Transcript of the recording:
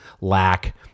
lack